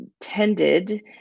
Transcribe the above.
tended